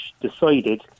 decided